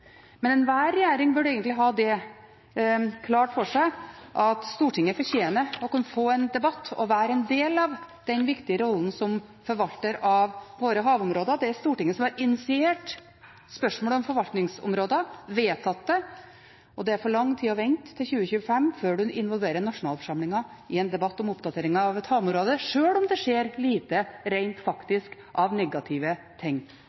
Men enhver regjering burde egentlig ha klart for seg at Stortinget fortjener å få en debatt og være en del av den viktige rollen som forvalter av våre havområder. Det er Stortinget som har initiert spørsmålet om forvaltningsområder og vedtatt det. Det er for lang tid å vente til 2025 før en involverer nasjonalforsamlingen i en debatt om oppdatering av et havområde, sjøl om det skjer lite reint faktisk av negative ting.